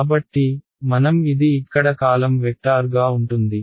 కాబట్టి మనం ఇది ఇక్కడ కాలమ్ వెక్టార్గా ఉంటుంది